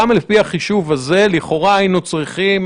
גם לפי החישוב הזה לכאורה היינו צריכים